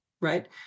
right